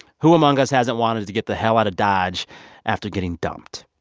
who among us hasn't wanted to get the hell out of dodge after getting dumped?